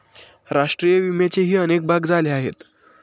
राष्ट्रीय विम्याचेही अनेक भाग झाले आहेत